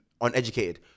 uneducated